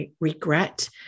regret